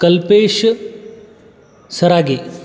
Kalpesh Sarage